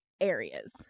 areas